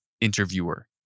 interviewer